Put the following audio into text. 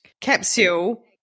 capsule